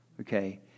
okay